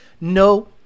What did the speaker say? no